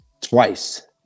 twice